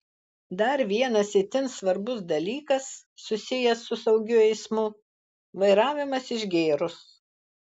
dar vienas itin svarbus dalykas susijęs su saugiu eismu vairavimas išgėrus